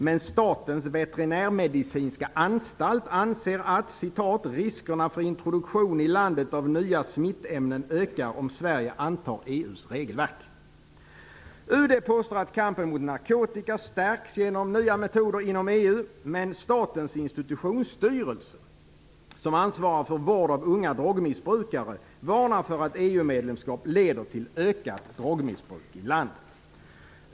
Men Statens veterinärmedicinska anstalt anser att riskerna för introduktion i landet av nya smittämnen ökar om Sverige antar EU:s regelverk. UD påstår att kampen mot narkotika stärks genom nya metoder inom EU. Men Statens institutionsstyrelse, som ansvarar för vård av unga drogmissbrukare, varnar för att EU-medlemskap leder till ökat drogmissbruk i landet.